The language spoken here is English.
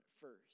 first